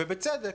ובצדק,